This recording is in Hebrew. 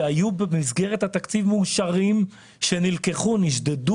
שהיו במסגרת התקציב מאושרים ושנלקחו והועברו